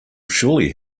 surely